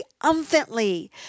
triumphantly